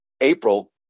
April